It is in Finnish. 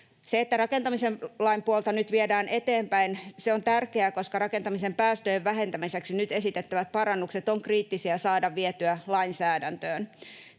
Se, että rakentamisen lain puolta nyt viedään eteenpäin, on tärkeää, koska rakentamisen päästöjen vähentämiseksi nyt esitettävät parannukset on kriittistä saada vietyä lainsäädäntöön.